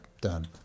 Done